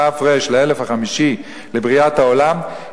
ת"ר לאלף החמישי לבריאת העולם,